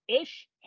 ish